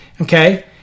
Okay